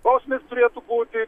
bausmės turėtų būti